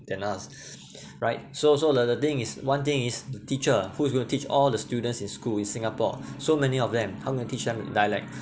than us right so so the the thing is one thing is the teacher who's going to teach all the students in school in singapore so many of them how you going to teach them dialect